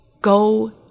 go